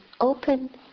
open